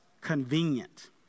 convenient